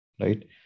right